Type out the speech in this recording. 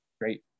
Great